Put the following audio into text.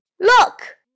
Look